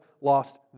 lost